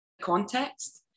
context